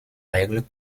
règles